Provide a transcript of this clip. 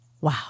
Wow